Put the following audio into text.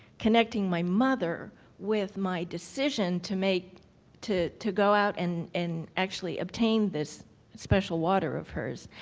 connecting my mother with my decision to make to to go out and and actually obtain this special water of hers,